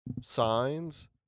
signs